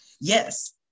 Yes